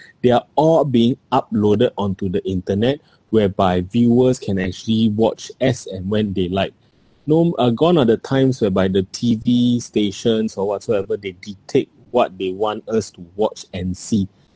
they are all being uploaded onto the internet whereby viewers can actually watch as and when they like gnome uh gone are the times whereby the T_V stations or whatsoever they dictate what they want us to watch and see